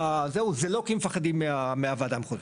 זה לא כי מפחדים מהוועדה המחוזית.